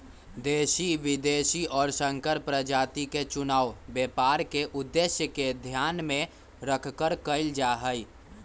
देशी, विदेशी और संकर प्रजाति के चुनाव व्यापार के उद्देश्य के ध्यान में रखकर कइल जाहई